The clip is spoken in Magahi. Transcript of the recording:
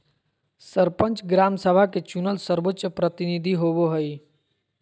सरपंच, ग्राम सभा के चुनल सर्वोच्च प्रतिनिधि होबो हइ